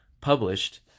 published